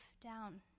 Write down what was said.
down